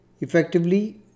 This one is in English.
effectively